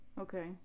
Okay